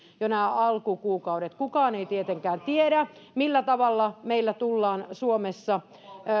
jo nämä alkukuukaudet kukaan ei tietenkään tiedä millä tavalla meillä tullaan suomessa